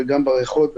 גם בריחות,